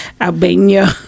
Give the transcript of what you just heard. Albania